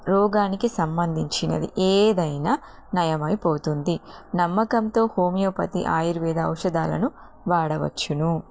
రోగానికి సంబంధించినది ఏదైనా నయమైపోతుంది నమ్మకంతో హోమియోపతి ఆయుర్వేద ఔషధాలను వాడవచ్చు